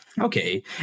okay